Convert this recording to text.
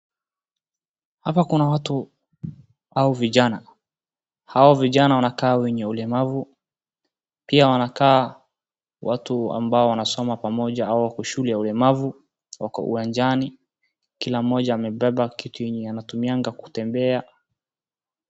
Hapa kuna watu au vijana, hao vijana wanakaa wenye ulemavu, pia wanakaa watu ambao wanasoma pamoja au wako shule ya ulemavu, wako uwanjani, kila mmoja amebeba kitu yenye anatumianga kutembea.